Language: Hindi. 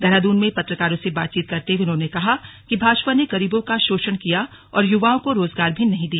देहरादून में पत्रकारों से बातचीत करते हुए उन्होंने कहा कि भाजपा ने गरीबों का शोषण किया और युवाओं को रोजगार भी नहीं दिया